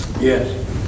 Yes